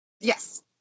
Yes